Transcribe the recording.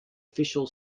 official